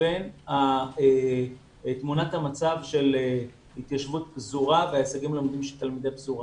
ובין תמונת המצב של התיישבות פזורה וההישגים הלימודיים של תלמידי פזורה.